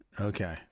Okay